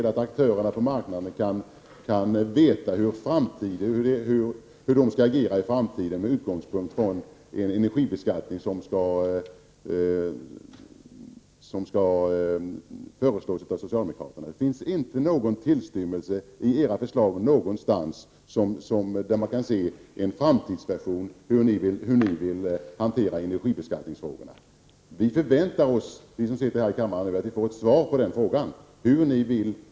Aktörerna på marknaden vet inte hur de skall agera i framtiden om socialdemokraternas förslag till energibeskattning går igenom. I era förslag finns inte någonstans en tillstymmelse till framtidsvision om hur socialdemokraterna skall hantera energibeskattningsfrågorna. Vi som sitter här i kammaren förväntar oss ett svar på detta.